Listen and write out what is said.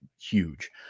huge